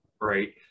right